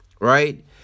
right